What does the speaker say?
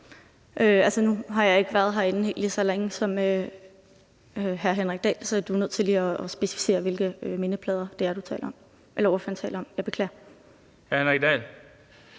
nu har jeg ikke været herinde lige så længe som hr. Henrik Dahl, så ordføreren er nødt til lige at specificere, hvilke mindeplader det er, ordføreren taler